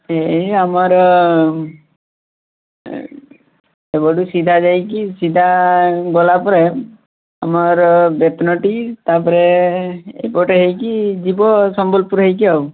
ଏଇ ଆମର ରୋଡ଼୍ ସିଧା ଯାଇଛି ସିଧା ଗଲା ପରେ ଆମର ବେଟ୍ନଟି ତାପରେ ଗୋଟିଏ ହୋଇଛି ଯିବ ସମ୍ୱଲପୁର ହୋଇ କି ଆଉ